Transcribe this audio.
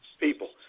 people